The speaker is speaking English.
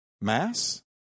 mass